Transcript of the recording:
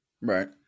right